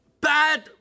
Bad